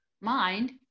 mind